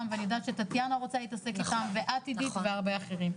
ואני יודעת שטטיאנה רוצה להתעסק איתם ואת עידית והרבה אחרים.